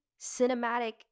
cinematic